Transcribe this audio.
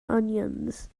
onions